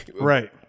Right